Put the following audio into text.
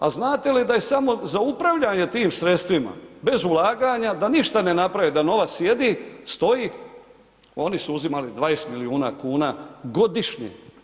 A znate li da je samo za upravljanje tim sredstvima bez ulaganja, da ništa ne naprave, da novac sjedi, stoji, oni su uzimali 20 milijuna kuna godišnje.